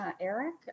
Eric